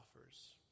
offers